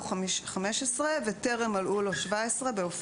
15 וטרם מלאו לו 17". "השתתפות נער4א.